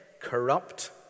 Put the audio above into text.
corrupt